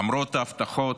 למרות ההבטחות,